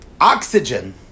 oxygen